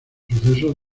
sucesos